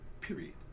Period